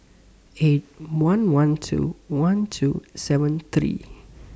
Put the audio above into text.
eight one one two one two seven three